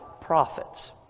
prophets